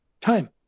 time